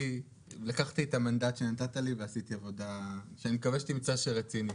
לקחתי את המנדט שנתת לי ועשיתי עבודה שאני מקווה שתמצא שרצינית.